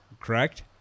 correct